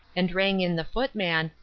and rang in the footman,